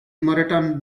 moreton